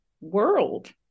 world